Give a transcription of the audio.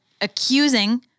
accusing